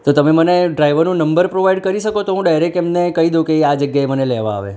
તો તમે મને ડ્રાઇવરનો નંબર પ્રોવાઇડ કરી શકો તો હું ડાઇરેક્ટ એમને કહી દવ કે એ આ જગ્યાએ મને લેવા આવે